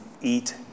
eat